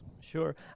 Sure